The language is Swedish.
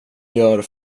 gör